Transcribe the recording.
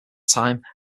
time